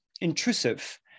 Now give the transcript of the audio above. intrusive